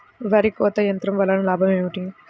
వరి కోత యంత్రం వలన లాభం ఏమిటి?